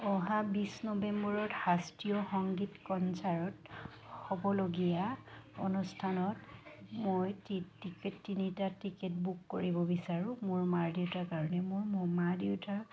অহা বিছ নৱেম্বৰত শাস্ত্ৰীয় সংগীত কনচাৰ্ট হ'বলগীয়া অনুষ্ঠানত মই টি টিকেট তিনিটা টিকেট বুক কৰিব বিচাৰোঁ মোৰ মা দেউতাৰ কাৰণে মোৰ ম মা দেউতাৰ